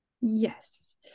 Yes